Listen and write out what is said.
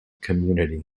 community